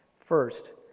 first,